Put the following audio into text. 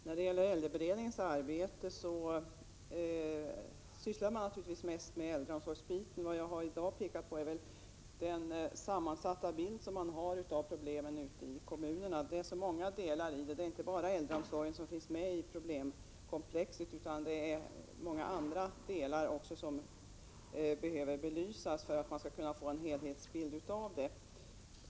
Herr talman! I äldreberedningen sysslar man naturligtvis mest med äldreomsorgen. Jag har i dag pekat på den bild av problemen som man har ute i kommunerna. Det är många delar, inte bara äldreomsorgen, i detta problemkomplex som måste belysas för att man skall kunna få en helhetsbild.